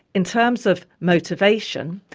in terms of motivation,